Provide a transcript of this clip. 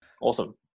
Awesome